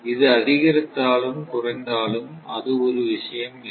இது அதிகரித்தாலும் குறைந்தாலும் அது ஒரு விஷயம் இல்லை